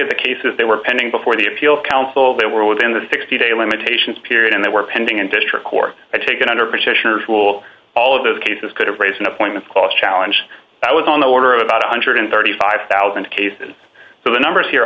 at the cases they were pending before the appeals council they were within the sixty day limitations period and they were pending and district court had taken under petitioners will all of those cases could raise an appointment clause challenge that was on the order of about one hundred and thirty five thousand cases so the numbers here